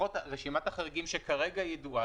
לפחות רשימת החריגים שידועה כרגע,